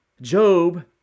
Job